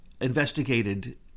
investigated